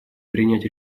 принять